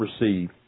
receive